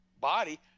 body